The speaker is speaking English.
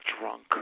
drunk